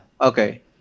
Okay